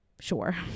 sure